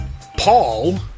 Paul